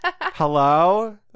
hello